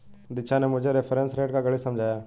दीक्षा ने मुझे reference rate का गणित समझाया